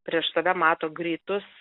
prieš save mato greitus